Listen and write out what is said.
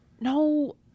No